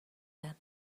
and